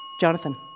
Jonathan